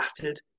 battered